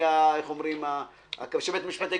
אתה מכיר את המקרה, שבית המשפט אומר: